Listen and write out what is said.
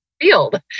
field